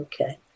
okay